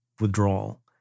withdrawal